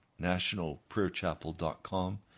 nationalprayerchapel.com